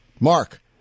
Mark